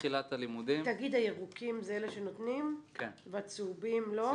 תגיד, הירוקים זה אלה שנותנים והצהובים לא.